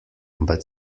but